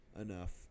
enough